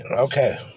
Okay